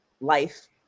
life